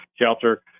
shelter